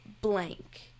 blank